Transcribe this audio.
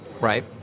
Right